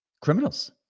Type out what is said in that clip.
criminals